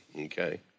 okay